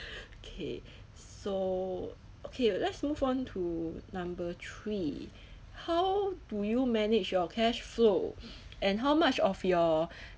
okay so okay let's move on to number three how do you manage your cash flow and how much of your